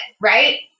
right